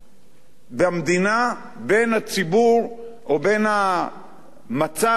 במדינה בין הציבור או בין המצב שבו חיות